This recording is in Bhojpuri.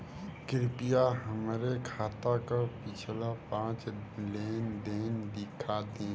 कृपया हमरे खाता क पिछला पांच लेन देन दिखा दी